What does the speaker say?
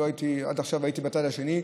עד עכשיו הייתי בצד השני,